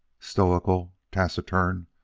stoical, taciturn,